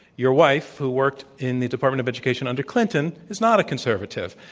your wife, who worked in the department of education under clinton, is not a conservative.